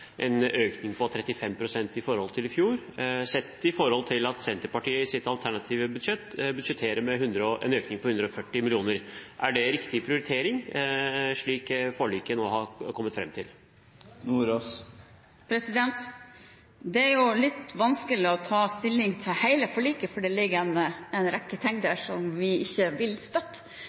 en økning på 35 pst. i forhold til i fjor – sett i forhold til at Senterpartiet i sitt alternative budsjett budsjetterer med en økning på 140 mill. kr. Er det en riktig prioritering – slik forliket nå har blitt? Det er litt vanskelig å ta stilling til hele forliket, for det ligger en rekke ting der som vi ikke vil støtte.